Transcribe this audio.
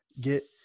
get